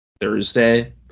Thursday